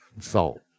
salt